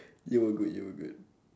you were good you were good